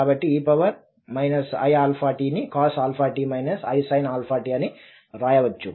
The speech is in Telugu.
కాబట్టి e iαt ని cos⁡αt isin⁡αt అని వ్రాయవచ్చు